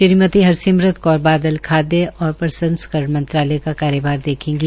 श्रीमती हरसिमरत कौर बादल खाद्य और प्रसंस्कारण मंत्रालय का कार्यभार देखेंगे